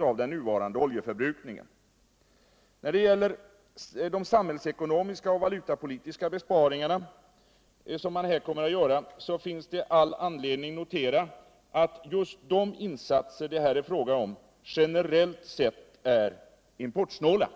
av den nuvarande oljeförbrukningen. När det gäller de samhiällsekonomiska och valutapolitiska besparingar som man här kommer att göra finns det all anledning notera att just de insatser det här är fråga om generellt sett är importsnåla.